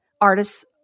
artists